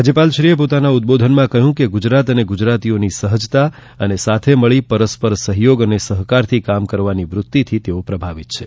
રાજ્યપાલશ્રીએ પોતાના ઉદબોધનમાં કહ્યું કે ગુજરાત અને ગુજરાતીઓની સહજતા અને સાથે મળી પરસ્પર સહયોગ સહકારથી કામ કરવાની વ્ત્તીથી તેઓ પ્રભાવિત છે